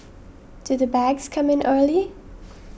do the bags come in early